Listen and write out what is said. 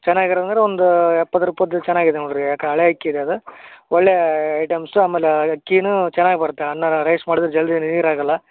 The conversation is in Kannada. ಚೆನ್ನಾಗಿರೋ ಅಂದರೆ ಒಂದು ಎಪ್ಪತ್ತು ರುಪಾಯ್ದು ಚೆನ್ನಾಗಿದೆ ನೋಡಿರಿ ಯಾಕೆ ಹಳೆ ಅಕ್ಕಿ ಇದೆ ಅದು ಒಳ್ಳೆಯ ಐಟಮ್ಸು ಆಮೇಲೆ ಅಕ್ಕಿಯೂ ಚೆನ್ನಾಗಿ ಬರುತ್ತೆ ಅನ್ನನ ರೈಸ್ ಮಾಡದ್ರೆ ಜಲ್ದಿ ನೀರಾಗೋಲ್ಲ